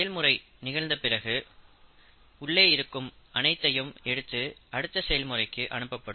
செயல்முறை நிகழ்ந்த பிறகு உள்ளே இருக்கும் அனைத்தையும் எடுத்து அடுத்த செயல்முறைக்கு அனுப்பப்படும்